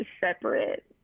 separate